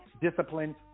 Disciplined